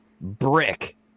brick